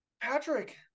Patrick